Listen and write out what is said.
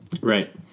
right